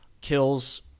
kills